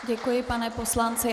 Děkuji panu poslanci.